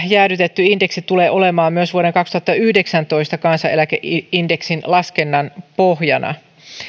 jäädytetty indeksi tulee olemaan myös vuoden kaksituhattayhdeksäntoista kansaneläkeindeksin laskennan pohjana